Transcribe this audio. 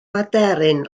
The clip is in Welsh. aderyn